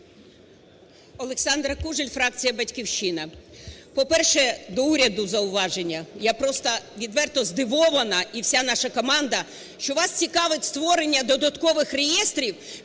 Олександра Кужель, фракція "Батьківщина". По-перше, до уряду зауваження, я просто відверто здивована і вся наша команда, що вас цікавить створення додаткових реєстрів,